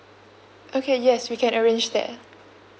okay yes we can arrange that